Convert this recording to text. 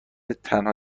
تنها